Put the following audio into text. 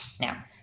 now